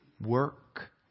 work